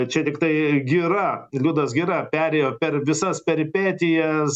čia tiktai gira liudas gira perėjo per visas peripetijas